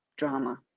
Drama